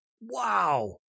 Wow